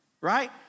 right